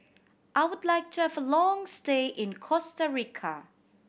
I would like to have a long stay in Costa Rica